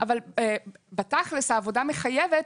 אבל בתכל'ס העבודה מחייבת,